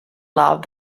loved